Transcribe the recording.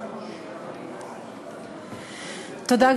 תודה,